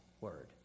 word